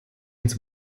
ins